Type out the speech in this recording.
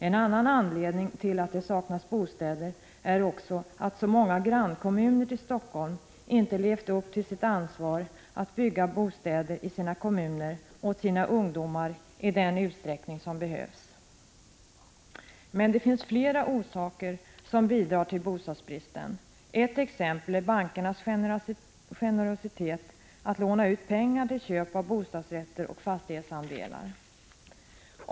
En annan anledning till att det saknas bostäder är också att många grannkommuner till Helsingfors inte har levt upp till sitt ansvar att bygga bostäder åt sina ungdomar i den utsträckning som behövs. Det finns flera orsaker till bostadsbristen, och ett exempel är bankernas generositet när det gäller att låna ut pengar till köp av bostadsrätter och fastighetsandelar.